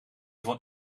van